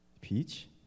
Peach